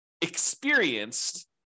experienced